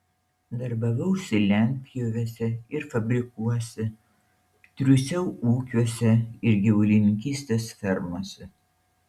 darbavausi lentpjūvėse ir fabrikuose triūsiau ūkiuose ir gyvulininkystės fermose